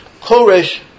Koresh